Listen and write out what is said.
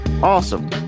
awesome